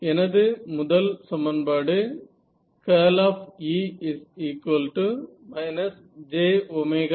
எனது முதல் சமன்பாடு E jH